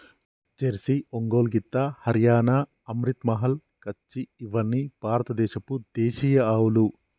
Jersey, Ongole గిత్త, హరియాణా, అమ్రిత్ మహల్, కచ్చి ఇవ్వని భారత దేశపు దేశీయ ఆవులు